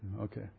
Okay